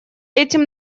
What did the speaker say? этим